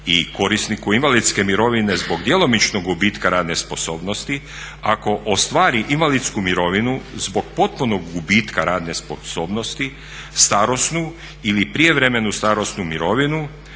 i korisniku invalidske mirovine zbog djelomičnog gubitka radne sposobnosti ako ostvari invalidsku mirovinu zbog potpunog gubitka radne sposobnosti, starosnu ili prijevremenu starosnu mirovinu